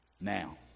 now